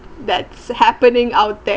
that's happening out there